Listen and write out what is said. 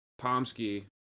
Pomsky